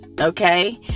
okay